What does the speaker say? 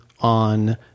on